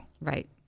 Right